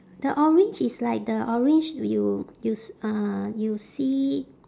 the orange is like the orange you you s~ uh you see